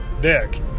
dick